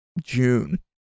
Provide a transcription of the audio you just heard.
June